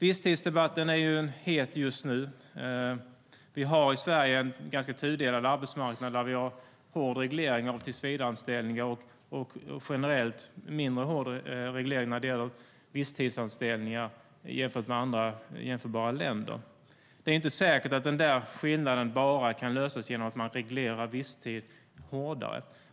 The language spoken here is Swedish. Visstidsdebatten är het just nu. Vi har i Sverige en ganska tudelad arbetsmarknad där vi har hård reglering av tillsvidareanställningar och generellt mindre hård reglering när det gäller visstidsanställningar jämfört med andra jämförbara länder. Det är inte säkert att problemet med denna skillnad kan lösas genom att man bara reglerar visstid hårdare.